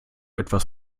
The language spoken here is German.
etwas